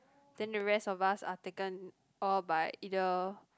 then the rest of us are taken all by either